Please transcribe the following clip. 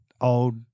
old